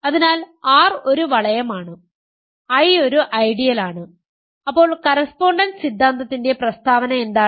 അതിനാൽ R ഒരു വളയം ആണ് I ഒരു ഐഡിയലാണ് അപ്പോൾ കറസ്പോണ്ടൻസ് സിദ്ധാന്തത്തിന്റെ പ്രസ്താവന എന്താണ്